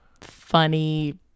funny